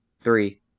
three